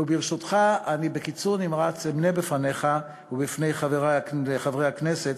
ברשותך, אני אמנה בפניך ובפני חברי חברי הכנסת